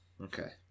okay